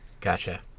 Gotcha